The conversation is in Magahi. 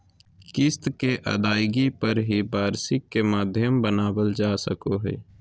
किस्त के अदायगी पर ही वार्षिकी के माध्यम बनावल जा सको हय